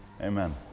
Amen